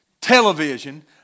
television